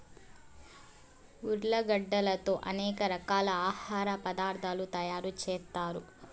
ఉర్లగడ్డలతో అనేక రకాల ఆహార పదార్థాలు తయారు చేత్తారు